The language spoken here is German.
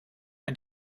ein